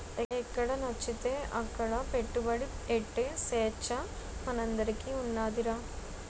ఎక్కడనచ్చితే అక్కడ పెట్టుబడి ఎట్టే సేచ్చ మనందరికీ ఉన్నాదిరా